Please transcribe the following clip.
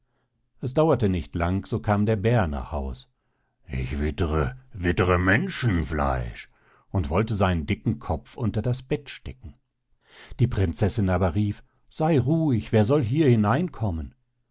es dauerte nicht lang so kam der bär nach haus ich wittre wittre menschenfleisch und wollte seinen dicken kopf unter das bett stecken die prinzessin aber rief sey ruhig wer soll hier hinein